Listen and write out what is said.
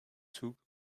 zug